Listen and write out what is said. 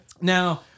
Now